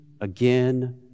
again